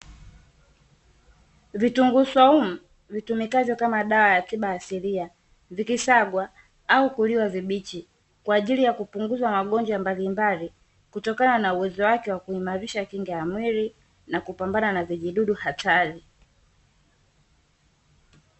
Vitunguu swaumu vitumikavyo kama dawa ya tiba asilia, vikisagwa au kuliwa vibichi kwa ajili ya kupunguza magonjwa mbalimbali, kutokana na uwezo wake wa kuimarisha kinga ya mwili na kupambana na vijidudu hatari.